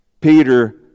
Peter